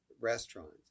restaurants